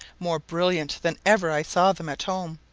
more brilliant than ever i saw them at home,